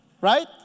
Right